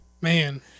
Man